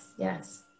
Yes